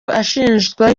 ashinzwe